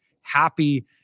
happy